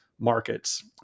markets